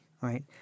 right